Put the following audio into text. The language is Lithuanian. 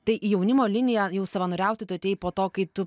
tai į jaunimo liniją jau savanoriauti tu atėjai po to kai tu